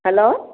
hello